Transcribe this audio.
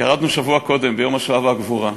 ירדנו שבוע קודם, ביום השואה והגבורה.